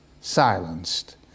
silenced